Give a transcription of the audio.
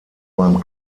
beim